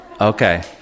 Okay